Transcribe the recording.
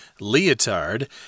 leotard